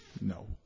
No